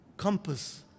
compass